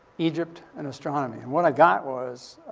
egypt, and astronomy. and what i got was,